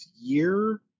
year